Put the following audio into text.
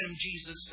Jesus